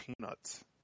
Peanuts